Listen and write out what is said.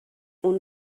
اون